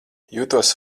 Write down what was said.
jūtos